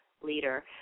leader